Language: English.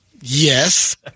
Yes